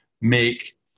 make